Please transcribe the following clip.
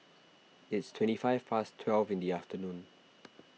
its twenty five past twelve in the afternoon